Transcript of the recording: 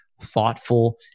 thoughtful